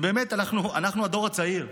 באמת, אנחנו הדור הצעיר,